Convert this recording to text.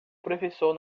professor